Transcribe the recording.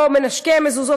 או מנשקי המזוזות,